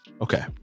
Okay